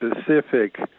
specific